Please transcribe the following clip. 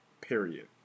period